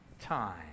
time